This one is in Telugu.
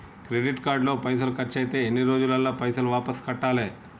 క్రెడిట్ కార్డు లో పైసల్ ఖర్చయితే ఎన్ని రోజులల్ల పైసల్ వాపస్ కట్టాలే?